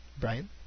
Brian